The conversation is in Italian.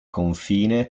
confine